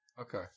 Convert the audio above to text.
okay